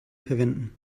verwenden